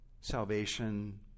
salvation